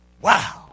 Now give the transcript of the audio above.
wow